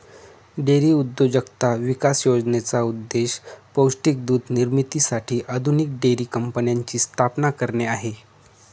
dairy उद्योजकता विकास योजनेचा उद्देश पौष्टिक दूध निर्मितीसाठी आधुनिक डेअरी कंपन्यांची स्थापना करणे आहे